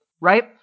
right